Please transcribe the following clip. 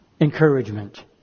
encouragement